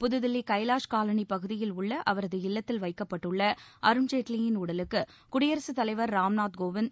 புதுதில்லி Kailash colony பகுதியில் உள்ள அவரது இல்லத்தில் வைக்கப்பட்டுள்ள அருண்ஜேட்லியின் உடலுக்கு குடியரசுத் தலைவர் ராம்நாத்கோவிந்த்